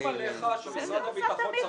אנחנו סומכים עליך שמשרד הביטחון צריך את זה.